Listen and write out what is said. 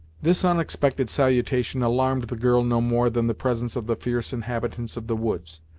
this unexpected salutation alarmed the girl no more than the presence of the fierce inhabitants of the woods.